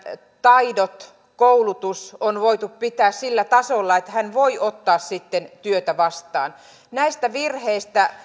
taidot ja koulutus on voitu pitää sillä tasolla että hän voi ottaa sitten työtä vastaan näistä virheistä